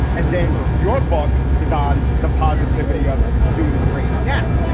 and then your book is on the positivity of doing great. now,